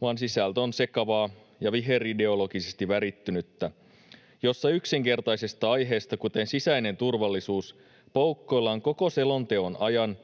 vaan sisältö on sekavaa ja viherideologisesti värittynyttä, ja yksinkertaisista aiheista, kuten sisäinen turvallisuus, poukkoillaan koko selonteon ajan